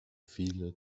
viele